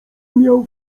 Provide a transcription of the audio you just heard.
miał